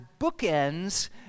bookends